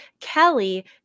Kelly